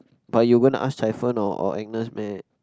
but you going to ask or or Agnes meh